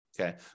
Okay